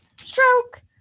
Stroke